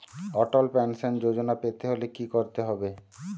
অটল pension Yojana পেতে হলে কি করতে হবে?